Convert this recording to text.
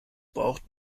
braucht